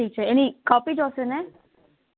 ઠીક છે એની કોપી જોઇશે ને